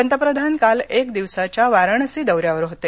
पंतप्रधान काल एक दिवसाच्या वारणसी दौऱ्यावर होते